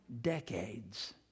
decades